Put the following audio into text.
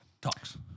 talks